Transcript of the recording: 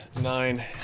Nine